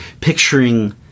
picturing